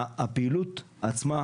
הפעילות עצמה,